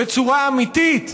בצורה אמיתית,